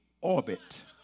orbit